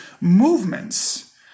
movements